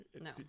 No